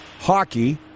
hockey